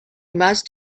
must